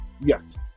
Yes